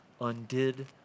undid